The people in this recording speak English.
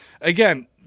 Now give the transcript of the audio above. Again